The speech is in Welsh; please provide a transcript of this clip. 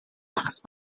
achos